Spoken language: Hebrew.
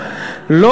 הפגיעה היא,